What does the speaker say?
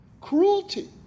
Cruelty